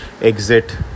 exit